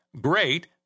Great